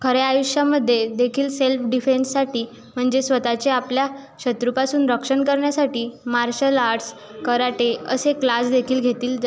खऱ्या आयुष्यामध्ये देखील सेल्फ डिफेन्ससाठी म्हणजे स्वतःच्या आपल्या शत्रूपासून रक्षण करण्यासाठी मार्शल आर्टस् कराटे असे क्लासदेखील घेतील ज